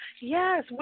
Yes